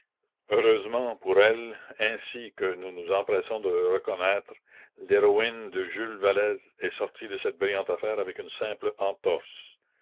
heureusement pour elle ainsi que nous nous empressons de le reconnaître l'héroïne de jules vallès est sortie de cette brillante affaire avec une simple entorse